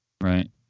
Right